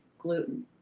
gluten